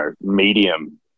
medium